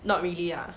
not really lah